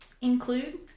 include